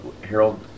Harold